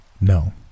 No